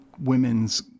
women's